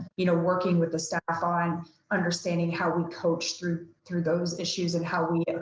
you know, working with the staff on understanding how we coach through through those issues and how we